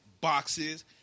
boxes